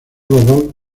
robot